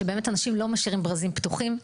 שבזכותו אנשים לא משאירים ברזים פתוחים.